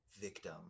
victim